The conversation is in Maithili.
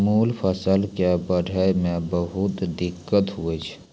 मूल फसल कॅ बढ़ै मॅ बहुत दिक्कत होय छै